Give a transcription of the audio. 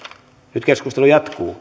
nyt keskustelu jatkuu